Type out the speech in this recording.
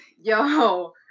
yo